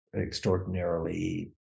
extraordinarily